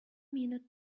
minute